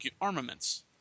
armaments